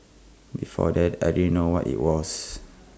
before that I didn't know what IT was